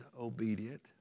obedient